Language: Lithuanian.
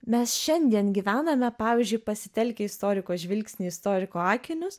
mes šiandien gyvename pavyzdžiui pasitelkę istoriko žvilgsnį istoriko akinius